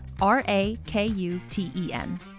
R-A-K-U-T-E-N